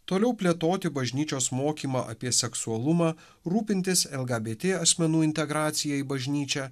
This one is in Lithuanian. toliau plėtoti bažnyčios mokymą apie seksualumą rūpintis lgbt asmenų integracija į bažnyčią